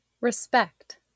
respect